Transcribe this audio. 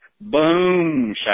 Boom